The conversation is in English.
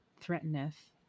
threateneth